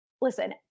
Listen